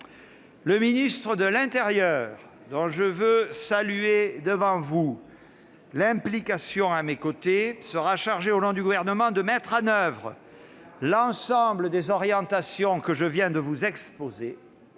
Le ministre de l'intérieur, dont je veux saluer l'implication à mes côtés, sera chargé, au nom du Gouvernement, de mettre en oeuvre l'ensemble des orientations que je viens de vous exposer.